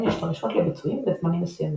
יש דרישות לביצועים בזמנים מסוימים.